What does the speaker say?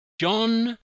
John